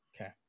Okay